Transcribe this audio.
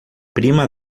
prima